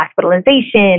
hospitalization